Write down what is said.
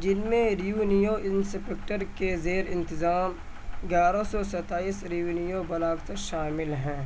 جن میں revenue inspector کے زیر انتظام گیارہ سو ستائیس ریونیو بلاکس شامل ہیں